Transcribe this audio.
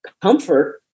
comfort